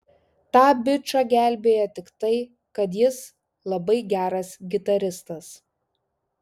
tą bičą gelbėja tik tai kad jis labai geras gitaristas